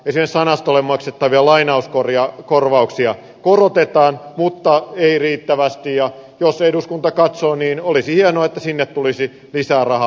esimerkiksi sanastolle maksettavia lainauskorvauksia korotetaan mutta ei riittävästi ja jos eduskunta katsoo niin olisi hienoa että sinne tulisi lisää rahaa